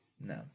no